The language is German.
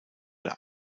der